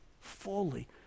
fully